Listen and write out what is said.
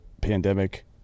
pandemic